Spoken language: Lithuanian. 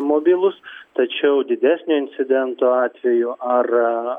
mobilūs tačiau didesnio incidento atveju ar